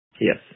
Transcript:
Yes